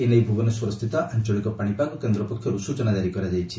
ଏନେଇ ଭୁବନେଶ୍ୱରସ୍ରିତ ଆଞଳିକ ପାଶିପାଗ କେନ୍ଦ୍ର ପକ୍ଷରୁ ସ୍ଚନା ଜାରି କରାଯାଇଛି